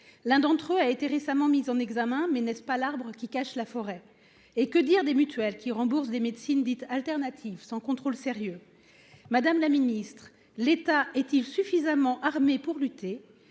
L'un d'entre eux a été récemment mis en examen mais n'est-ce pas l'arbre qui cache la forêt. Et que dire des mutuelles qui remboursent des médecines dites alternatives sans contrôle sérieux Madame la Ministre. L'État est-il suffisamment armé pour lutter.